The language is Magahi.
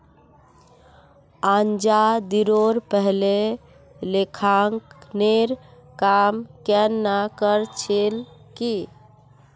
आज़ादीरोर पहले लेखांकनेर काम केन न कर छिल की